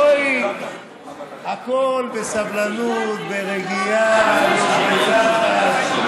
בואי, הכול בסבלנות, ברגיעה, לא בלחץ.